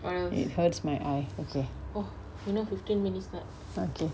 it hurts my eye okay okay